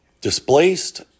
displaced